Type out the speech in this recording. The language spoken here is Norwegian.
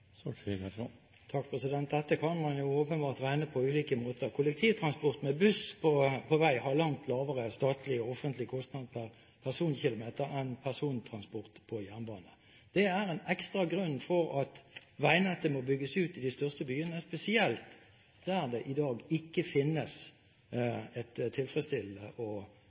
Dette kan man jo åpenbart regne ut på ulike måter. Kollektivtransport med buss har langt lavere statlig/offentlig kostnad per personkilometer enn persontransport på jernbane. Det er en ekstra grunn til at veinettet må bygges ut i de største byene, spesielt der det i dag ikke finnes et tilfredsstillende og